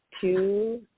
Two